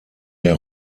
der